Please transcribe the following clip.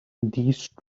these